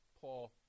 Paul